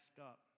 up